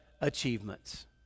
achievements